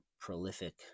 prolific